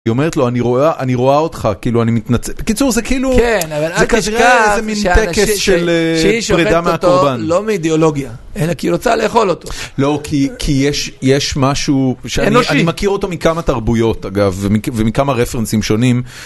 היא אומרת לו אני רואה... אני רואה אותך, כאילו אני מתנצ... בקיצור זה כאילו, זה כזה איזה מין טקס של פרידה מהטורבן... - שהיא שופטת אותו לא מאידיאולוגיה, אלא כי היא רוצה לאכול אותו. - לא, כי יש משהו, - אנושי - אני מכיר אותו מכמה תרבויות אגב, ומכמה רפרנסים שונים...